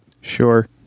Sure